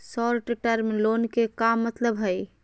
Short term loan के का मतलब हई?